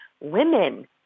women